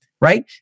right